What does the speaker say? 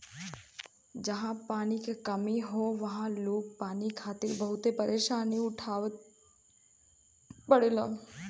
जहां पानी क कमी हौ वहां लोग पानी खातिर बहुते परेशानी उठावत हउवन